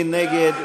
מי נגד?